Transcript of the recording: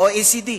ה-OECD.